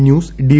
news D